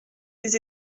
des